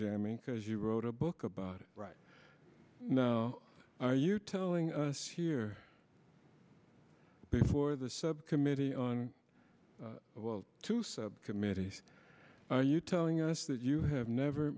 jamming because you wrote a book about it right now are you telling us here before the subcommittee on two subcommittees are you telling us that you have never